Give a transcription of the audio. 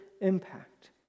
impact